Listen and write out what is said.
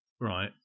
right